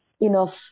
enough